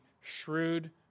shrewd